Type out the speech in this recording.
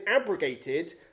abrogated